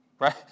right